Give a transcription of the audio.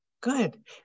good